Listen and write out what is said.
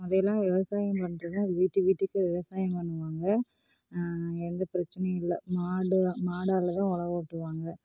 முதயெல்லாம் விவசாயம் பண்ணுறதுனா அது வீட்டுக்கு வீட்டுக்கு விவசாயம் பண்ணுவாங்க எந்த பிரச்சனையும் இல்லை மாடு மாடால் தான் உழவு ஓட்டுவாங்க